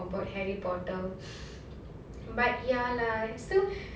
but ya lah still